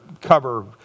cover